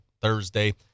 Thursday